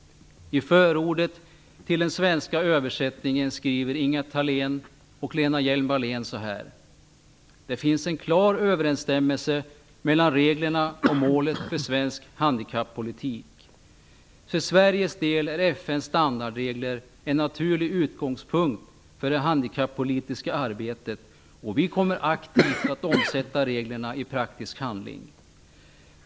I förordet till den svenska översättningen skriver Ingela Thalén och Lena Hjelm-Wallén så här: Det finns en klar överensstämmelse mellan reglerna och målet för svensk handikappolitik. För Sveriges del är FN:s standardregler en naturlig utgångspunkt för det handikappolitiska arbetet, och vi kommer aktivt att omsätta reglerna i praktisk handling.